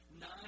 nine